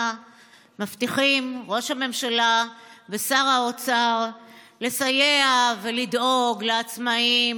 מבטיחים ראש הממשלה ושר האוצר לסייע ולדאוג לעצמאים,